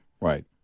right